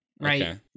right